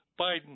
Biden